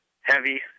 Heavy